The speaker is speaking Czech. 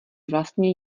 vlastně